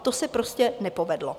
To se prostě nepovedlo.